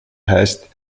heißt